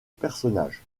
personnage